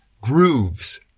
grooves